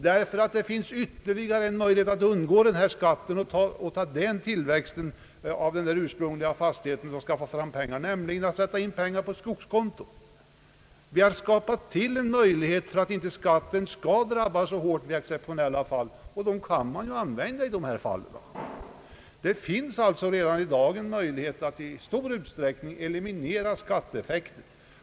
Det finns nämligen ytterligare en möjlighet att undgå denna skatt, och det är att sätta in pengar på skogskonto. Vi har skapat den möjligheten för att inte skatten skall drabba så hårt i exceptionella fall, och den kan man ju använda i sådana fall. Det finns alltså redan i dag möjlighet att i stor utsträckning eliminera skatteeffekten.